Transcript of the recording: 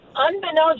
unbeknownst